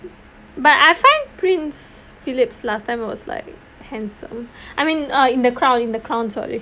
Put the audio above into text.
but I find prince philips last time was like handsome I mean uh in the crown in the crown sorry